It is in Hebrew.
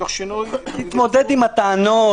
תוך שינוי- -- תתמודד עם הטענות.